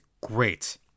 great